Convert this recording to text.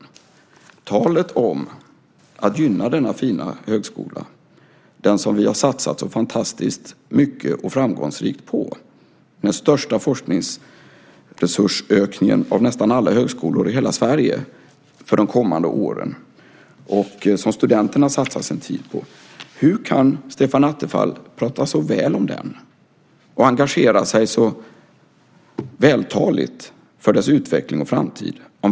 Det talas om att gynna denna fina högskola - den som vi har satsat så fantastiskt och framgångsrikt på, med den största forskningsresursökningen av nästan alla högskolor i hela Sverige för de kommande åren, och som studenterna satsar sin tid på. Hur kan Stefan Attefall tala så väl om den och engagera sig så vältaligt för dess utveckling och framtid?